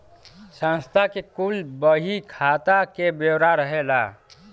संस्था के कुल बही खाता के ब्योरा रहेला